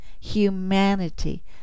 humanity